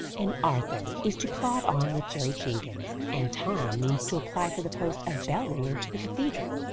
and arthur is to plod on with joe jenkins, and tom means to apply for the post of bell-ringer to the cathedral,